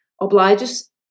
obliges